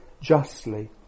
justly